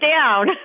down